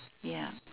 ya